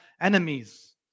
enemies